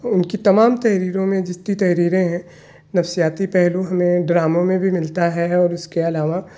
ان کی تمام تحریروں میں جتنی تحریریں ہیں نفسیاتی پہلو ہمیں ڈراموں میں بھی ملتا ہے اور اس کے علاوہ